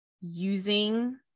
using